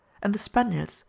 and the spaniards,